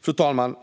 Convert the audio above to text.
Fru talman!